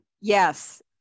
Yes